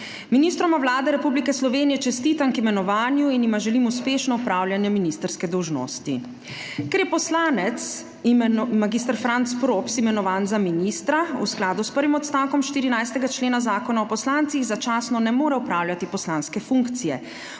Ministroma Vlade Republike Slovenije čestitam k imenovanju in jima želim uspešno opravljanje ministrske dolžnosti. Ker je poslanec mag. Franc Props imenovan za ministra, v skladu s prvim odstavkom 14. člena Zakona o poslancih začasno ne more opravljati poslanske funkcije.